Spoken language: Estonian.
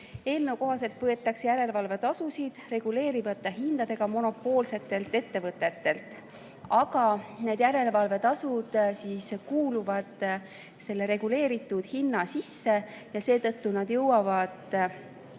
Eelnõu kohaselt võetakse järelevalvetasusid reguleeritavate hindadega monopoolsetelt ettevõtetelt, aga need järelevalvetasud kuuluvad selle reguleeritud hinna sisse ja seetõttu need jõuavad